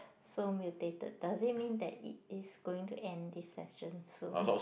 so mutated does it mean that it is going to end this session soon